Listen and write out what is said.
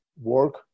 work